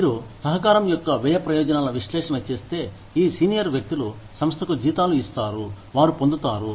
మీరు సహకారం యొక్క వ్యయ ప్రయోజన విశ్లేషణ చేస్తే ఈ సీనియర్ వ్యక్తులు సంస్థకు జీతాలు ఇస్తారు వారు పొందుతారు